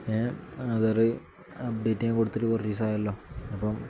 Aadhaar update ചെയ്യാൻ കൊടുത്തിട്ട് കുറച്ച് ദിവസമായല്ലോ അപ്പം